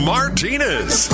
Martinez